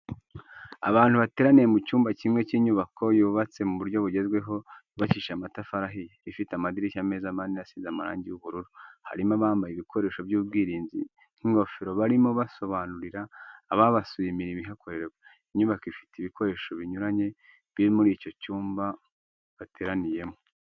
Abantu bateraniye mu cyumba kimwe cy'inyubako yubatse mu buryo bugezweho yubakishije amatafari ahiye, ifite amadirishya meza manini asize amarangi y'ubururu, harimo abambaye ibikoresho by'ubwirinzi nk'ingofero barimo barasobanurira ababasuye imirimo ihakorerwa. Inyubako ifite ibikoresho binyuranye biri muri icyo cyumba bateraniyemo.